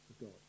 God